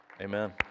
Amen